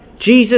Jesus